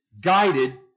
guided